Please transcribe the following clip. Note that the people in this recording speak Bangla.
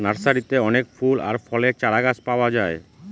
নার্সারিতে অনেক ফুল আর ফলের চারাগাছ পাওয়া যায়